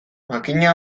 makina